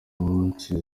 munsi